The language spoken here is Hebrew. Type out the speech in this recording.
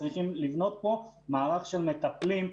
צריך לבנות פה מערך של מטפלים,